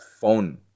phone